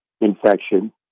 infection